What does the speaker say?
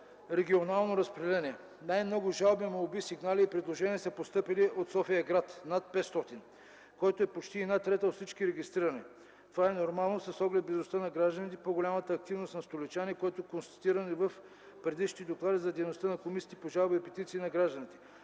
Регионално разпределение Най-много жалби, молби, сигнали и предложения са постъпили от София-град – над 500, което е почти 1/3 от всички регистрирани. Това е нормално с оглед близостта на гражданите, по-голямата активност на столичани, което е констатирано и в предишните доклади за дейността на комисиите по жалби и петиции на гражданите.